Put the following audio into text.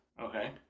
Okay